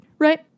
Right